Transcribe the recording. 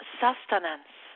sustenance